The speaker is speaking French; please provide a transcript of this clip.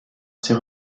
ses